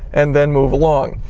and then move along.